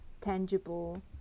tangible